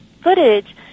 footage